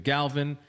Galvin